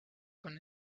con